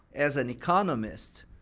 as an economist,